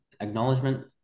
acknowledgement